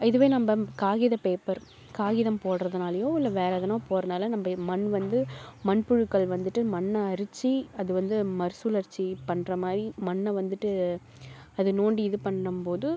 இதுவே நம்ம காகிதப்பேப்பர் காகிதம் போடுறதுனாலயோ இல்லை வேற எதனோ போடுறதுனால நம்ம மண் வந்து மண்புழுக்கள் வந்துட்டு மண்ணை அரித்து அது வந்து மறுசுழற்சி பண்ணுற மாதிரி மண்ணை வந்துட்டு அது நோண்டி இது பண்ணும் போது